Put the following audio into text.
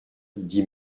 dit